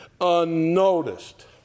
unnoticed